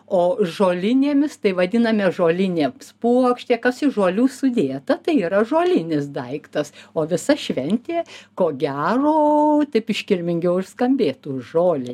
o žolinėmis tai vadiname žolinės puokštė kas iš žolių sudėta tai yra žolinis daiktas o visa šventė ko gero taip iškilmingiau ir skambėtų žolinė